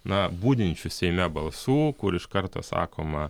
na budinčių seime balsų kur iš karto sakoma